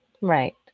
Right